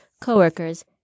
coworkers